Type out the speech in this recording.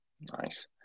Nice